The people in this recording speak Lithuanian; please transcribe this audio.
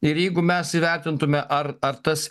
ir jeigu mes įvertintume ar ar tas